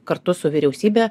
kartu su vyriausybe